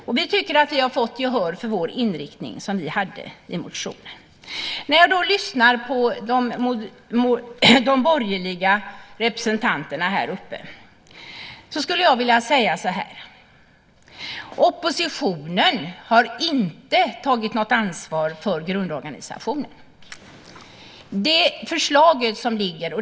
Vi tycker att vi har fått gehör för den inriktning som vi hade i motionen. När jag lyssnar på de borgerliga representanterna skulle jag vilja säga att oppositionen inte har tagit något ansvar för grundorganisationen.